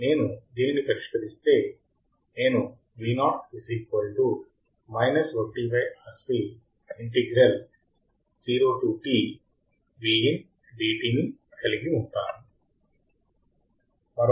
నేను దాన్ని పరిష్కరిస్తే నేను ని కలిగి ఉంటాను